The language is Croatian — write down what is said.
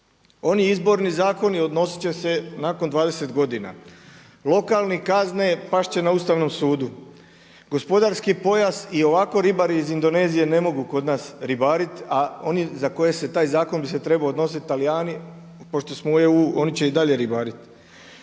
Oni izborni zakoni odnositi će se nakon 20 godina, lokalne kazne pasti će na Ustavnom sudu, gospodarski pojas, i ovako ribari iz Indonezije ne mogu kod nas ribariti a oni za koje bi se taj zakon trebao odnositi, Talijani, pošto smo u EU oni će i dalje ribariti.